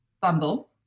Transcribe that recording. Bumble